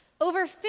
Over